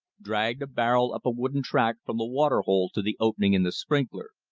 dragged a barrel up a wooden track from the water hole to the opening in the sprinkler.